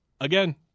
again